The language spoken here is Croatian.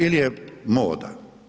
Ili je moda?